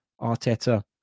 Arteta